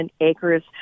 Acres